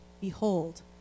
Behold